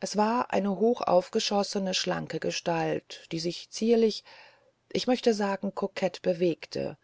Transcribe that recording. es war eine hoch aufgeschossene schlanke gestalt die sich zierlich ich möchte sagen kokett bewegte